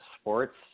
sports